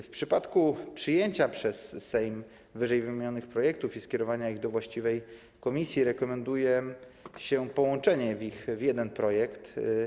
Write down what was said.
W przypadku przyjęcia przez Sejm ww. projektów i skierowania ich do właściwej komisji rekomenduje się połączenie ich w jeden projekt.